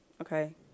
Okay